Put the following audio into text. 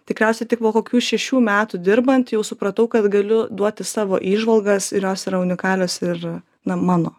tikriausiai tik po kokių šešių metų dirbant jau supratau kad galiu duoti savo įžvalgas ir jos yra unikalios ir na mano